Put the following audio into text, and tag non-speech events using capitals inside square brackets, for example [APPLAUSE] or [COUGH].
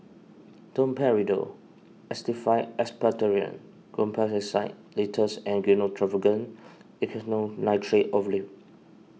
Domperidone Actified Expectorant Guaiphenesin Linctus and Gyno Travogen [UNINTELLIGIBLE] Nitrate Ovule